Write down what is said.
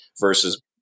versus